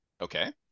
Okay